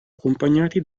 accompagnati